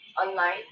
online